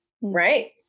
right